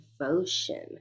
devotion